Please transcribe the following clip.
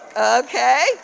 Okay